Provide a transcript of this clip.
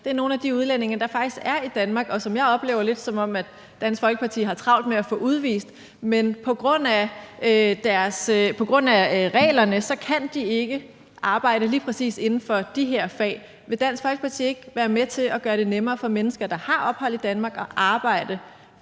er nogle af de udlændinge, der faktisk er i Danmark, og som jeg lidt oplever Dansk Folkeparti har travlt med at få udvist. Men på grund af reglerne kan de ikke arbejde lige præcis inden for de her fag. Vil Dansk Folkeparti ikke være med til at gøre det nemmere for mennesker, der har ophold i Danmark, at arbejde